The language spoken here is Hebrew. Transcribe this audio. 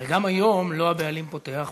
הרי גם היום לא הבעלים פותח,